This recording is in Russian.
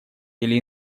или